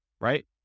right